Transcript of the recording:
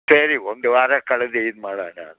ಸರಿ ಒಂದು ವಾರ ಕಳ್ದು ಇದು ಮಾಡೋಣ